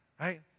right